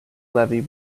levee